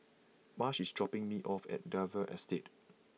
Marsh is dropping me off at Dalvey Estate